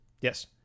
yes